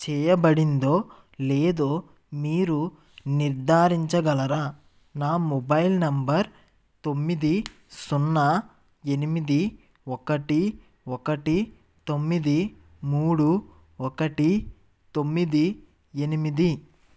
చెయ్యబడిందో లేదో మీరు నిర్ధారించగలరా నా మొబైల్ నంబర్ తొమ్మిది సున్నా ఎనిమిది ఒకటి ఒకటి తొమ్మిది మూడు ఒకటి తొమ్మిది ఎనిమిది